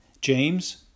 James